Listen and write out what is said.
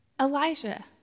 Elijah